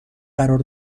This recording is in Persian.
قرار